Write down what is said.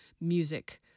music